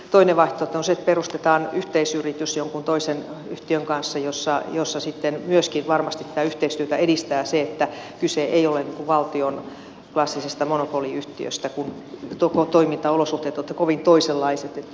toinen vaihtoehto on se että perustetaan yhteisyritys jonkun toisen yhtiön kanssa jolloin myöskin varmasti tätä yhteistyötä edistää se että kyse ei ole valtion klassisesta monopoliyhtiöstä kun toimintaolosuhteet ovat kovin toisenlaiset